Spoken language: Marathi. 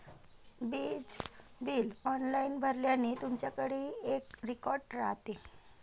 वीज बिल ऑनलाइन भरल्याने, तुमच्याकडेही एक रेकॉर्ड राहते